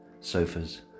sofas